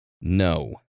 No